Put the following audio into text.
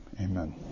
amen